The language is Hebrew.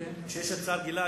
כשיש הצעה רגילה,